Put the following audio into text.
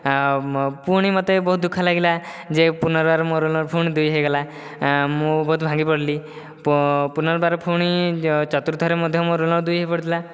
ଆଉ ପୁଣି ମୋତେ ବହୁତ ଦୁଃଖ ଲାଗିଲା ଯେ ପୁନର୍ବାର ମୋ ରୋଲ ନମ୍ବର ପୁଣି ଦୁଇ ହୋଇଗଲା ମୁଁ ବହୁତ ଭାଙ୍ଗିପଡ଼ିଲି ପୁନର୍ବାର ପୁଣି ଚତୁର୍ଥରେ ମଧ୍ୟ ମୋର ରୋଲ ନମ୍ବର ଦୁଇ ହୋଇପଡ଼ିଥିଲା